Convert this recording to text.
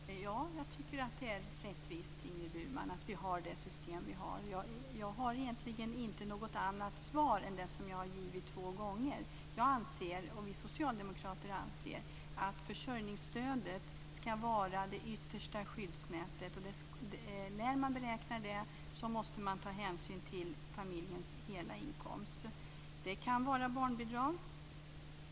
Fru talman! Ja, jag tycker att det är rättvist, Ingrid Burman, att vi har det system vi har. Jag har egentligen inte något annat svar än det som jag har gett två gånger. Vi socialdemokrater anser att försörjningsstödet ska vara det yttersta skyddsnätet. När man beräknar det måste man ta hänsyn till familjens hela inkomst.